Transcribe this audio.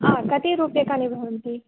कति रूप्यकाणि भवन्ति